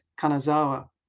Kanazawa